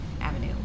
Avenue